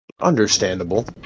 Understandable